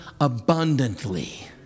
abundantly